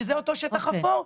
שזה אותו שטח אפור,